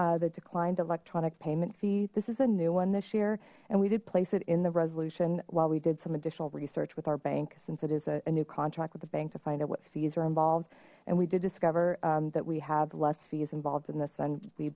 one the declined electronic payment fee this is a new one this year and we did place it in the resolution while we did some additional research with our bank since it is a new contract with the bank to find out what fees are involved and we did discover that we have less fees involved in th